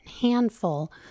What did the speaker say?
handful